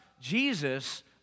Jesus